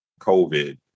COVID